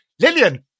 Lillian